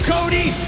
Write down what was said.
Cody